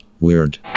weird